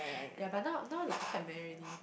ya but now now like quite man already